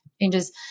changes